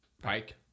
Pike